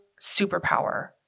superpower